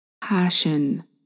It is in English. Passion